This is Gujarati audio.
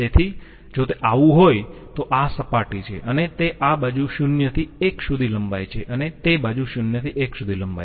તેથી જો તે આવુ હોય તો આ સપાટી છે અને તે આ બાજુ 0 થી 1 સુધી લંબાય છે અને તે બાજુ 0 થી 1 સુધી લંબાય છે